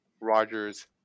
Roger's